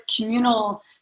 communal